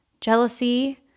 jealousy